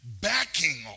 backing